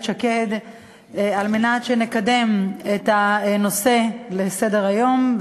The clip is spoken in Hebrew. שקד על מנת שנקדם את הנושא בסדר-היום,